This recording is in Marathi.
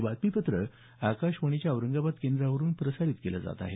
हे बातमीपत्र आकाशवाणीच्या औरंगाबाद केंद्रावरून प्रसारित केलं जात आहे